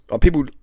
People